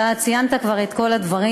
אתה ציינת כבר את כל הדברים,